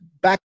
back